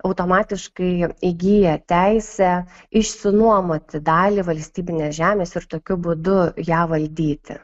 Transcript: automatiškai įgyja teisę išsinuomoti dalį valstybinės žemės ir tokiu būdu ją valdyti